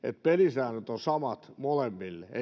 pelisäännöt ovat samat molemmille ei